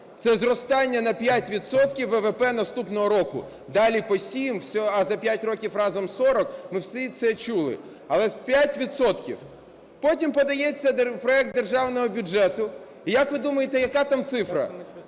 це зростання на 5 відсотків ВВП наступного року. Далі – по 7, а за 5 років – разом 40. Ми всі це чули. Але ж 5 відсотків. Потім подається проект Державного бюджету і як ви думаєте, яка там цифра?